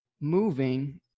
moving